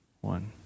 One